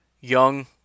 young